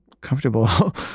comfortable